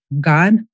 God